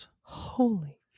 holy